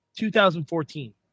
2014